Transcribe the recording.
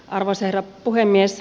arvoisa herra puhemies